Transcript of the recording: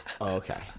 Okay